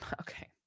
okay